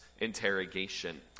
interrogation